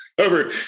over